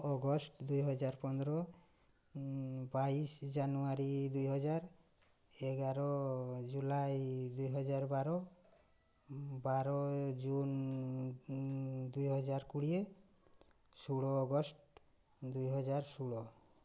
August ଦୁଇହଜାର ପନ୍ଦର ବାଇଶ ଜାନୁଆରୀ ଦୁଇହଜାର ଏଗାର ଜୁଲାଇ ଦୁଇହଜାର ବାର ବାର ଜୁନ ଦୁଇହଜାର କୋଡ଼ିଏ ଷୋହଳ ଅଗଷ୍ଟ ଦୁଇହଜାର ଷୋହଳ